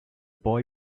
boy